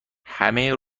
همه